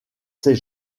c’est